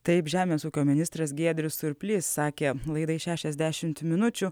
taip žemės ūkio ministras giedrius surplys sakė laidai šešiasdešimt minučių